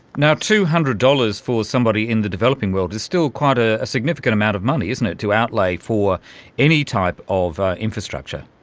two hundred dollars for somebody in the developing world is still quite a significant amount of money, isn't it, to outlay for any type of infrastructure.